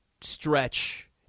stretch